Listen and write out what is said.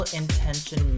intention